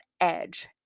edge